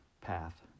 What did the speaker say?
path